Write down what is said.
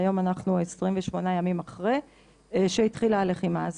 והיום אנחנו 28 ימים אחרי שהתחילה הלחימה הזו.